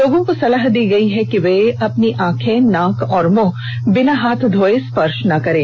लोगों को सलाह दी गई है कि वे अपनी आंख नाक और मुंह बिना हाथ धोये स्पर्श न करें